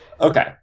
okay